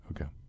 Okay